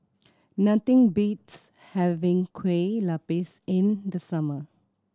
nothing beats having Kueh Lapis in the summer